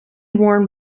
worn